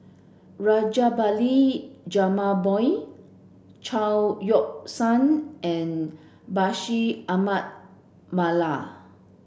Rajabali Jumabhoy Chao Yoke San and Bashir Ahmad Mallal